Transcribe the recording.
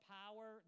power